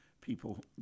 people